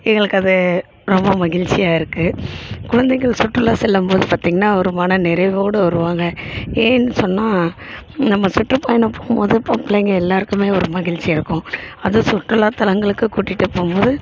எங்களுக்கு அது ரொம்ப மகிழ்ச்சியா இருக்கு குழந்தைகள் சுற்றுலா செல்லும்போது பார்த்திங்கனா ஒரு மன நிறைவோட வருவாங்க ஏன்னு சொன்னால் நம்ம சுற்றுப்பயணம் போகும்போது பொம்பளைங்க எல்லாருக்குமே ஒரு மகிழ்ச்சி இருக்கும் அது சுற்றுலாத்தலங்களுக்கு கூட்டிகிட்டு போகும்போது